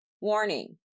Warning